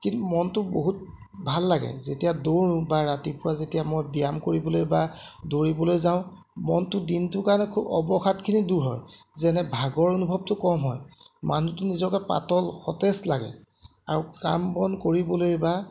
কি মনটো বহুত ভাল লাগে যেতিয়া দৌৰোঁ বা ৰাতিপুৱা যেতিয়া মই ব্যায়াম কৰিবলৈ বা দৌৰিবলৈ যাওঁ মনটো দিনটোৰ কাৰণে অৱসাদখিনি দূৰ হয় যেনে ভাগৰ অনুভৱটো কম হয় মানুহটো নিজকে পাতল সতেজ লাগে আৰু কাম বন কৰিবলৈ বা